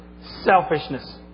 selfishness